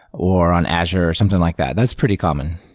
or on azure or something like that. that's pretty common.